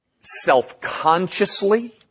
self-consciously